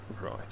Right